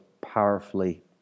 powerfully